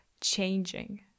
changing